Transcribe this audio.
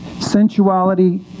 sensuality